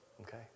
okay